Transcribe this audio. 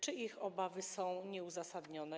Czy ich obawy są nieuzasadnione?